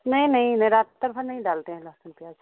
नहीं नहीं मैं से नहीं डालते है लहसुन प्याज़